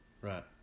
Right